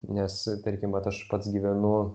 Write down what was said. nes tarkim vat aš pats gyvenu